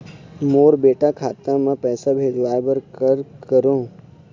मोर बेटा खाता मा पैसा भेजवाए बर कर करों?